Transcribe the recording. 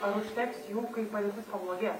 ar užteks jų kai padėtis pablogės